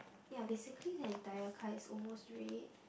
ya basically that tyre car is almost red